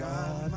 God